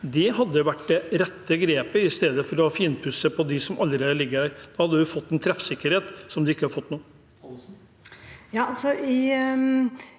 Det hadde vært det rette grepet, i stedet for å finpusse på dem som allerede ligger der. Da hadde vi fått en treffsikkerhet som vi ikke har fått nå.